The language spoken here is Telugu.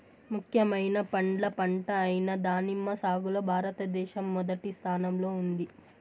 ముఖ్యమైన పండ్ల పంట అయిన దానిమ్మ సాగులో భారతదేశం మొదటి స్థానంలో ఉంది